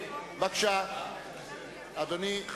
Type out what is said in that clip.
אדוני.